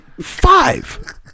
Five